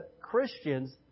Christians